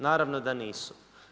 Naravno da nisu.